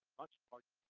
much larger